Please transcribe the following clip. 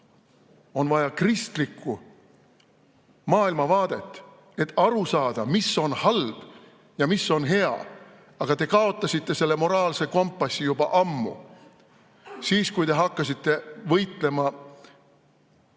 On vaja kristlikku maailmavaadet, et aru saada, mis on halb ja mis on hea, aga te kaotasite selle moraalse kompassi juba ammu – siis, kui te hakkasite võitlema nii-öelda